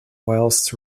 whilst